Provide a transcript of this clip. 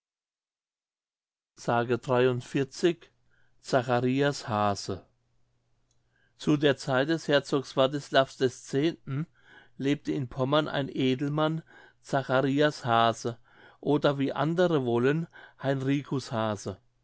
s zacharias hase zu der zeit des herzogs wartislav x lebte in pommern ein edelmann zacharias hase oder wie andere wollen heinricus hase